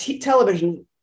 television